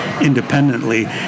independently